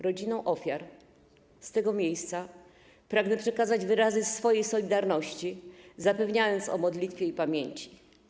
Rodzinom ofiar z tego miejsca pragnę przekazać wyrazy swojej solidarności, zapewniając o modlitwie i pamięci.